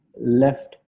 left